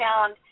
found